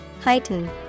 Heighten